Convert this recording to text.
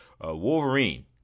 Wolverine